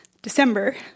December